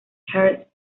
heart